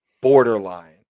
Borderline